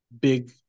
big